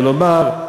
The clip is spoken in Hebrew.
ולומר,